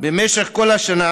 במשך כל השנה,